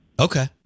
Okay